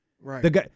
Right